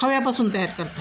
खव्यापासून तयार करतात